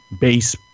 base